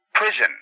prison